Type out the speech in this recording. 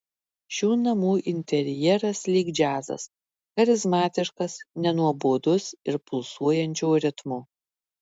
šių namų interjeras lyg džiazas charizmatiškas nenuobodus ir pulsuojančio ritmo